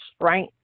right